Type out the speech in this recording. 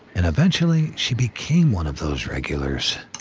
and eventually, she became one of those regulars.